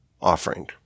offering